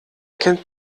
kennt